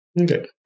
Okay